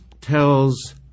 tells